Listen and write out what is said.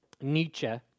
Nietzsche